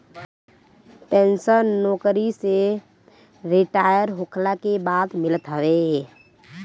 pension नोकरी से retire होखला के बाद मिलत हवे